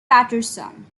patterson